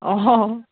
অঁ